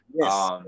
Yes